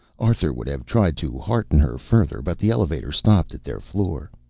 arthur would have tried to hearten her further, but the elevator stopped at their floor.